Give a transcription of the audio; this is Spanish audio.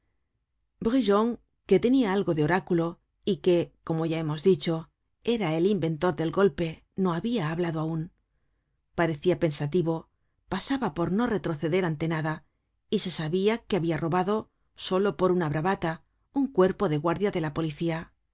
generated at brujon que tenia algo de oráculo y que como ya hemos dicho era el inventor del golpe no habia hablado aun parecia pensativo pasaba por no retroceder ante nada y se sabia que habia robado solo por una bravata un cuerpo de guardia de la policía